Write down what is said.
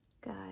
good